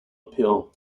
appeal